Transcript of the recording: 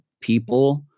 people